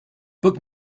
book